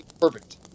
perfect